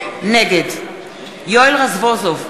נגד יואל רזבוזוב,